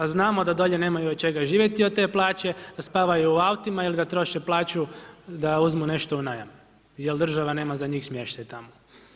A znamo da dolje nemaju od čega živjeti od te plaće, da spavaju u autima ili da troše plaću da uzmu nešto u najam jer država nema za njih smještaj tamo.